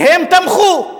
והם תמכו.